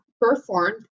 performed